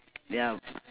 yup